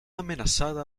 amenazada